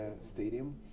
Stadium